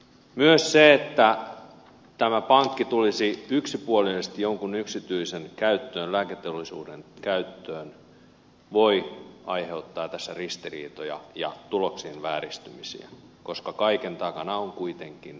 myös se että tämä pankki tulisi yksipuolisesti jonkun yksityisen käyttöön lääketeollisuuden käyttöön voi aiheuttaa tässä ristiriitoja ja tuloksien vääristymisiä koska kaiken takana on kuitenkin raha